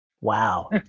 Wow